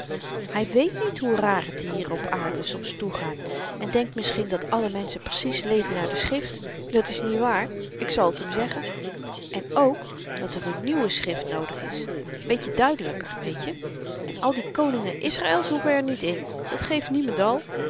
hy wéét niet hoe raar t hier op aarde soms toegaat en denkt misschien dat alle menschen precies leven naar de schrift dat is niet waar ik zal t hem zeggen en ook dat er n nieuwe schrift noodig is een beetje duidelyker weetje en al die koningen israels hoeven er niet in dat geeft niemendal